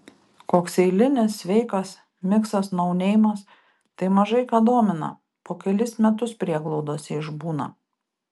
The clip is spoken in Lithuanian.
koks eilinis sveikas miksas nauneimas tai mažai ką domina po kelis metus prieglaudose išbūna